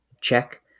check